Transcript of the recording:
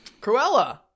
Cruella